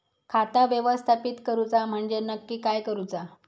खाता व्यवस्थापित करूचा म्हणजे नक्की काय करूचा?